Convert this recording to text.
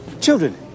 Children